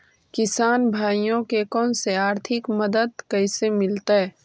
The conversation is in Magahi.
किसान भाइयोके कोन से आर्थिक मदत कैसे मीलतय?